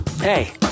Hey